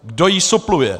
Kdo ji supluje?